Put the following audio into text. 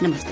नमस्कार